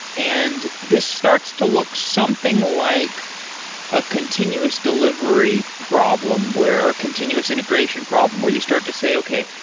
and this starts to look something like a continuous delivery problem where continuous integration problem where you start to say, okay.